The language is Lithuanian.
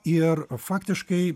ir faktiškai